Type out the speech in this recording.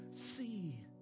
see